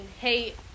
hate